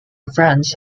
france